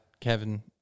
kevin